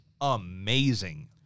amazing